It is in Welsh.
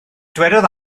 dywedodd